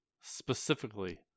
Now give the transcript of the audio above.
specifically